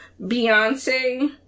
Beyonce